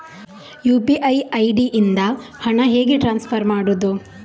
UPI ID ಇಂದ ಹಣ ಹೇಗೆ ಟ್ರಾನ್ಸ್ಫರ್ ಮಾಡುದು?